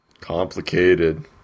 complicated